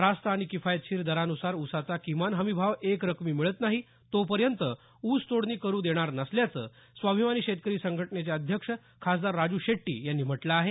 रास्त आणि किफायतशीर दरानुसार ऊसाचा किमान हमीभाव एक रकमी मिळत नाही तोपर्यंत ऊस तोडणी करु देणार नसल्याचं स्वाभिमानी शेतकरी संघटनेचं अध्यक्ष खासदार राजू शेट्टी यांनी म्हटलं आहे